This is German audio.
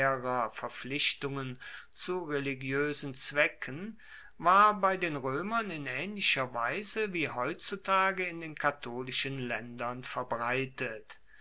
verpflichtungen zu religioesen zwecken war bei den roemern in aehnlicher weise wie heutzutage in den katholischen laendern verbreitet